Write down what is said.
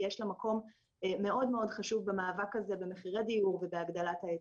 יש לו מקום מאוד חשוב במאבק הזה במחירי דיור ובהגדלת ההיצע.